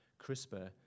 CRISPR